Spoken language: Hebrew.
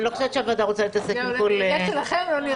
אני לא חושבת שהוועדה רוצה להתעסק עם כל- -- לא להתעסק.